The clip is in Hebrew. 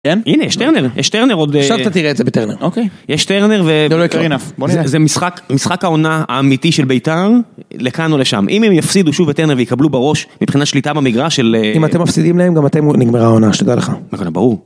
הנה, יש טרנר, יש טרנר עוד... עכשיו אתה תראה את זה בטרנר. אוקיי. יש טרנר ו... זה לא יקרה. זה משחק העונה האמיתי של ביתר לכאן או לשם. אם הם יפסידו שוב בטרנר ויקבלו בראש מבחינה שליטה במגרש של... אם אתם מפסידים להם גם אתם נגמר העונה, שתדע לך. ברור.